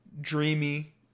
dreamy